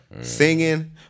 singing